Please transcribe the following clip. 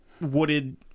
wooded